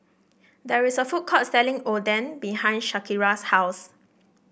there is a food court selling Oden behind Shaniqua's house